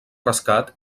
rescat